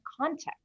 context